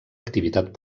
activitat